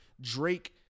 Drake